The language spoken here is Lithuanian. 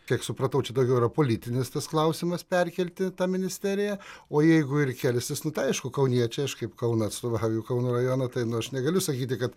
kiek supratau čia daugiau yra politinis tas klausimas perkelti tą ministeriją o jeigu ir kelsis nu tai aišku kauniečiai aš kaip kauną atstovauju kauno rajoną tai aš negaliu sakyti kad